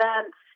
events